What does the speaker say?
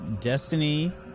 Destiny